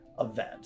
event